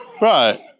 Right